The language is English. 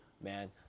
man